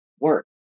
work